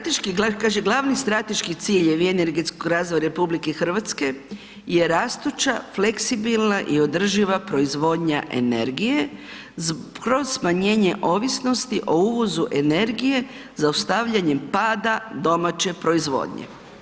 Kaže glavni strateški ciljevi energetskog razvoja RH je rastuća, fleksibilna i održiva proizvodnja energije kroz smanjenje ovisnosti o uvozu energije zaustavljanjem pada domaće proizvodnje.